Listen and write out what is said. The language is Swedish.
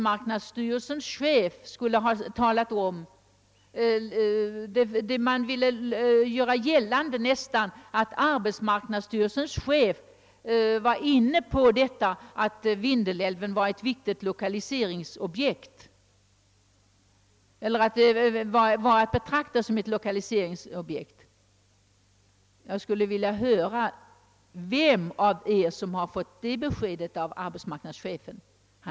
Man har här velat göra gällande, att arbetsmarknadsstyrelsens chef betraktar Vindelälvens utbyggnad som ett viktigt lokaliseringsobjekt. jag skulle vilja höra vem av er, som har fått det beskedet av <arbeismarknadssiyrelisens chef.